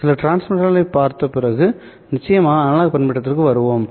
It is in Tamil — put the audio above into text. சில டிரான்ஸ்மிட்டர்களைப் பார்த்த பிறகு நிச்சயமாக அனலாக் பண்பேற்றத்திற்கு வருவோம்